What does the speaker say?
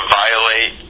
violate